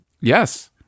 Yes